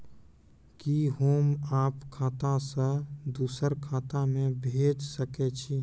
कि होम आप खाता सं दूसर खाता मे भेज सकै छी?